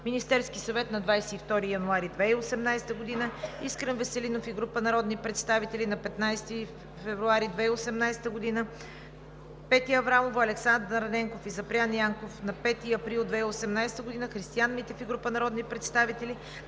Министерският съвет, 22 януари 2018 г.; Искрен Веселинов и група народни представители на 15 февруари 2018 г.; Петя Аврамова, Александър Ненков и Запрян Янков на 5 април 2018 г.; Христиан Митев и група народни представители